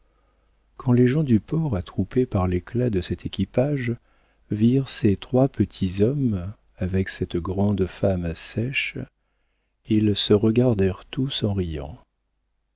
quand les gens du port attroupés par l'éclat de cet équipage virent ces trois petits hommes avec cette grande femme sèche ils se regardèrent tous en riant